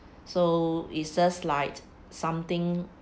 so is just like something